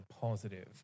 positive